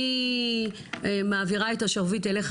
אני מעבירה את השרביט אליך,